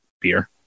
beer